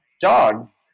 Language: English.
dogs